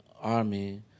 army